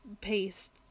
paste